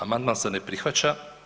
Amandman se ne prihvaća.